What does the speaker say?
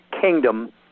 kingdom